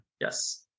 Yes